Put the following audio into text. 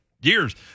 years